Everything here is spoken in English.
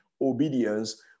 obedience